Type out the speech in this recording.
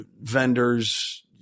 vendors